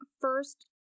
first